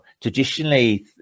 Traditionally